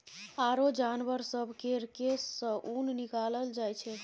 आरो जानबर सब केर केश सँ ऊन निकालल जाइ छै